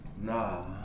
Nah